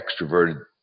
extroverted